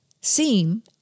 seem